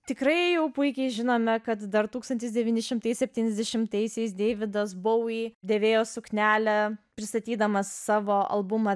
tikrai jau puikiai žinome kad dar tūkstantis devyni šimtai septyniasdešimtaisiais deividas bovi dėvėjo suknelę pristatydamas savo albumą